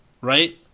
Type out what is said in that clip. right